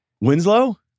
Winslow